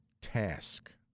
task